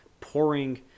pouring